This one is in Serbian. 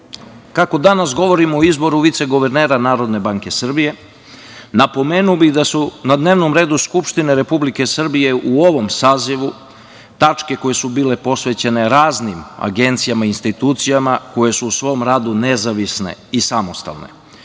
danas govorimo o izboru viceguvernera NBS, napomenuo bih da su na dnevnom redu Skupštine Republike Srbije u ovom sazivu tačke koje su bile posvećene raznim agencijama i institucijama koje su u svom radu nezavisne i samostalne.